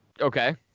Okay